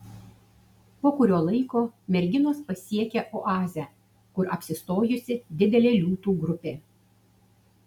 po kurio laiko merginos pasiekia oazę kur apsistojusi didelė liūtų grupė